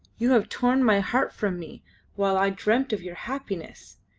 you have torn my heart from me while i dreamt of your happiness.